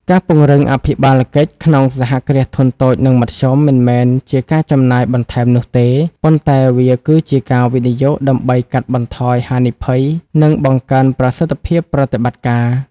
ការពង្រឹងអភិបាលកិច្ចក្នុង សហគ្រាសធុនតូច និងមធ្យម មិនមែនជាការចំណាយបន្ថែមនោះទេ ប៉ុន្តែវាគឺជាការវិនិយោគដើម្បីកាត់បន្ថយហានិភ័យ និងបង្កើនប្រសិទ្ធភាពប្រតិបត្តិការ។